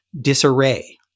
disarray